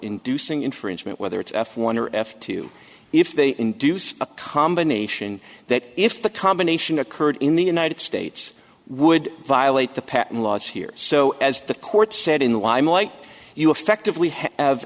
inducing infringement whether it's f one or f two if they induce a combination that if the combination occurred in the united states would violate the patent laws here so as the court said in the limelight you effectively